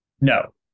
No